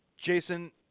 Jason